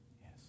Yes